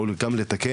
או גם לתקן.